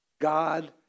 God